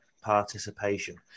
participation